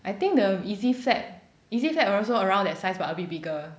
I think the easy flap easy flap also around that size but bigger